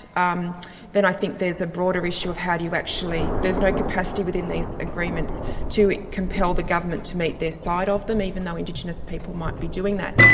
um then i think there's a broader issue of how you actually there's no capacity within these agreements to compel the government to meet their side of them, even though indigenous people might be doing that.